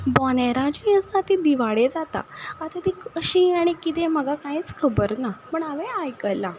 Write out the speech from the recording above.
बोनेरां जीं आसा तीं दिवाळे जाता आतां ती कशीं आनी किदें तें म्हाका कांयच खबर ना पूण हांवें आयकलां